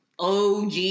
OG